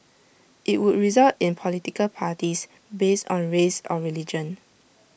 IT would result in political parties based on race or religion